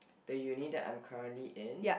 the uni that I'm currently in